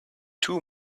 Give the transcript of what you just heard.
two